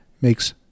makes